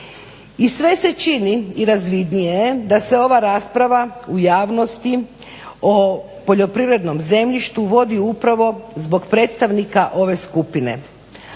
I sve se čini i razvidnije je da se ova rasprava u javnosti o poljoprivrednom zemljištu vodi upravo zbog predstavnika ove skupine.